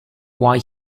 why